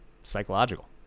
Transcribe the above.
psychological